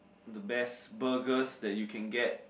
the best burgers that you can get